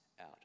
out